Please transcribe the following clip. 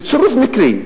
בצירוף מקרים,